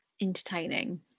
entertaining